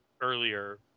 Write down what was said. earlier